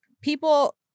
people